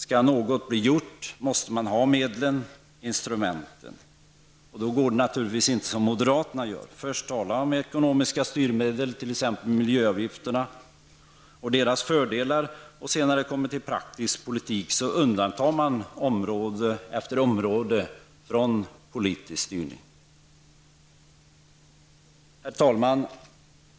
Skall något bli gjort måste man ha medlen och instrumenten, och då går det naturligtvis inte att, som moderaterna gör, först tala om ekonomiska styrmedel, t.ex. miljöavgifter, och sedan när det kommer till praktisk politik undanta område efter område från politisk styrning. Herr talman!